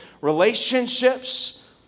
relationships